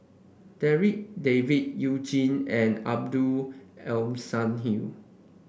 Darryl David You Jin and Abdul Aleem Siddique